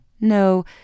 No